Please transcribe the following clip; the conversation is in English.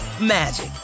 magic